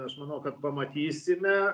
aš manau kad pamatysime